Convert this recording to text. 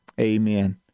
Amen